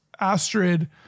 Astrid